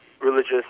religious